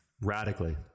Radically